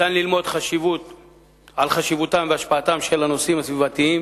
ניתן ללמוד על חשיבותם והשפעתם של הנושאים הסביבתיים